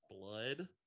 Blood